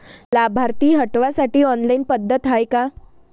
लाभार्थी हटवासाठी ऑनलाईन पद्धत हाय का?